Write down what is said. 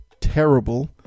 terrible